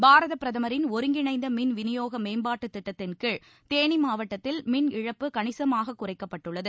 பாரதப் பிரதமரின் ஒருங்கிணைந்த மின் விநியோக மேம்பாட்டுத் திட்டத்தின் கீழ் தேனி மாவட்டத்தில் மின் இழப்பு கணிசமாகக் குறைக்கப்பட்டுள்ளது